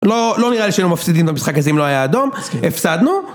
לא נראה לי שהיינו מפסידים את המשחק הזה אם לא היה אדום, הפסדנו